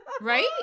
Right